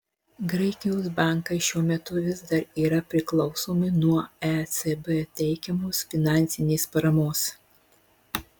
graikijos bankai šiuo metu vis dar yra priklausomi nuo ecb teikiamos finansinės paramos